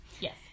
Yes